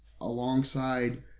alongside